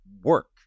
work